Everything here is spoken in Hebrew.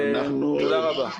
תודה רבה.